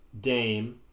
Dame